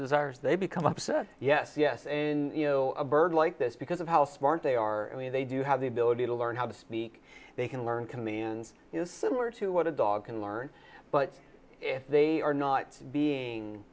desires they become obsessed yes yes and you know a bird like this because of how smart they are they do have the ability to learn how to speak they can learn comedians is similar to what a dog can learn but if they are not being